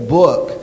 book